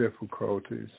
difficulties